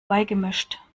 beigemischt